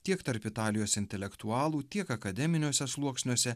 tiek tarp italijos intelektualų tiek akademiniuose sluoksniuose